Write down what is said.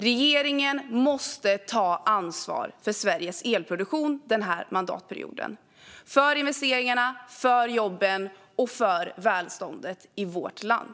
Regeringen måste ta ansvar för Sveriges elproduktion den här mandatperioden - för investeringarna, för jobben och för välståndet i vårt land.